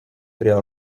prie